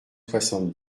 soixante